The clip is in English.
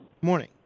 Morning